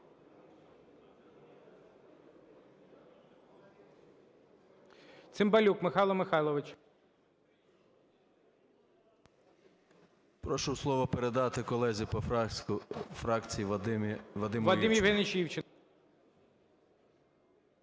Прошу слово передати колезі по фракції Вадиму Івченку.